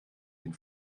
den